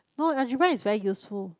not algebra is very useful